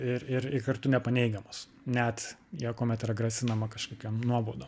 ir ir ir kartu nepaneigiamas net jei kuomet yra grasinama kažkokiom nuobaudom